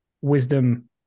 wisdom